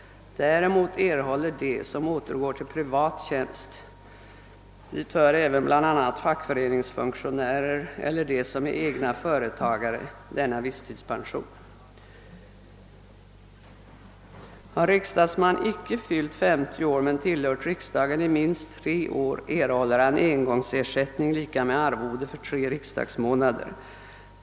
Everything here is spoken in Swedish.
Däremot erhåller de som återgår till privat tjänst — dit hör bl.a. fackföreningsfunktionärer och egna företagare — denna visstidspension. Har riksdagsman icke fyllt 50 år men tillhört riksdagen i minst tre år, erhåller han engångsersättning, lika med arvode för tre riksdagsmånader.